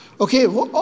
Okay